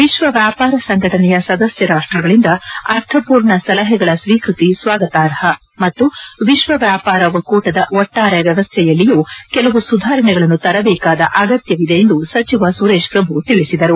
ವಿಶ್ವ ವ್ಯಾಪಾರ ಸಂಘಟನೆಯ ಸದಸ್ಯ ರಾಷ್ಟ್ರಗಳಿಂದ ಅರ್ಥಪೂರ್ಣ ಸಲಹೆಗಳ ಸ್ವೀಕೃತಿ ಸ್ವಾಗತಾರ್ಹ ಮತ್ತು ವಿಶ್ವ ವ್ಯಾಪಾರ ಒಕ್ಕೂಟದ ಒಟ್ಷಾರೆ ವ್ಯವಸ್ಥೆಯಲ್ಲಿಯೂ ಕೆಲವು ಸುಧಾರಣೆಗಳನ್ನು ತರಬೇಕಾದ ಅಗತ್ಯವಿದೆ ಎಂದು ಸಚಿವ ಸುರೇಶ್ ಪ್ರಭು ತಿಳಿಸಿದರು